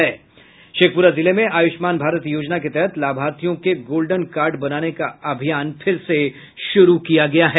शेखप्ररा जिले में आयुष्मान भारत योजना के तहत लाभार्थियों के गोल्डन कार्ड बनाने का अभियान फिर से शुरू किया गया है